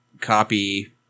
copy